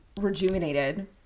rejuvenated